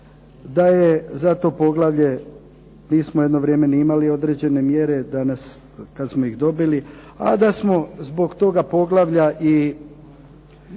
da za to poglavlje nismo određeno vrijeme imali neke mjere, danas kada smo ih dobili, a da smo zbog toga poglavlja imali